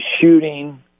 shooting